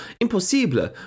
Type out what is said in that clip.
Impossible